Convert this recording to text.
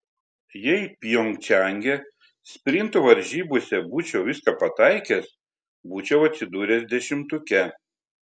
jei pjongčange sprinto varžybose būčiau viską pataikęs būčiau atsidūręs dešimtuke